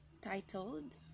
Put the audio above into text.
titled